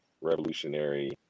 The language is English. revolutionary